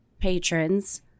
patrons